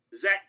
Zach